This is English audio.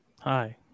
Hi